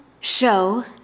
Show